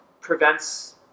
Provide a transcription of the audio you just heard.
prevents